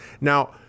Now-